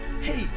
hey